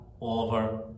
over